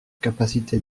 capacité